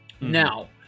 Now